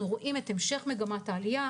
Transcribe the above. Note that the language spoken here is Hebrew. אנחנו רואים את המשך מגמת העלייה,